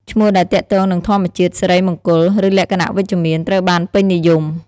ឈ្មោះដែលទាក់ទងនឹងធម្មជាតិ សិរីមង្គល ឬលក្ខណៈវិជ្ជមាន ត្រូវបានពេញនិយម។